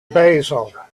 basil